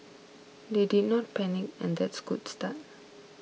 they did not panic and that's good start